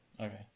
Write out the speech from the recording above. Okay